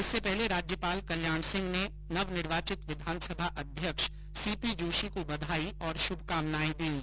इससे पहले राज्यपाल कल्याण सिंह ने नवनिर्वाचित विधानसभा अध्यक्ष सीपी जोशी को बधाई और शुभकामनायें दीं